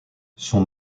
son